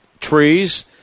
trees